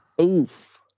Oof